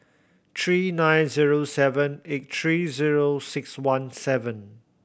three nine zero seven eight three zero six one seven